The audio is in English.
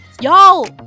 y'all